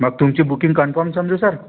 मग तुमची booking confirm समजू सर